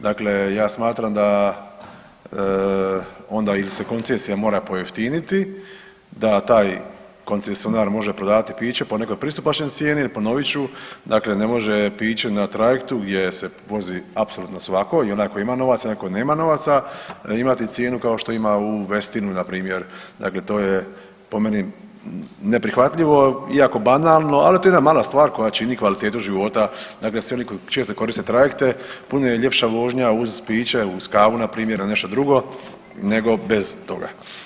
Dakle, ja smatram da onda ili se koncesija mora pojeftiniti da taj koncesionar može prodavati piće po nekoj pristupačnoj cijeni jer ponovit ću dakle ne može piće na trajektu gdje se vozi apsolutno svako i onaj koji ima novaca i onaj koji nema novaca imati cijenu kao što ima u Westinu npr., dakle to je po meni neprihvatljivo iako banalno ali to je jedna mala stvar koja čini kvalitetu života dakle svi oni koji često koriste trajekte puno je ljepša vožnja uz piće, uz kavu npr. ili nešto drugo nego bez toga.